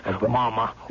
Mama